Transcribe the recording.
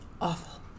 awful